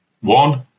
one